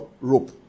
rope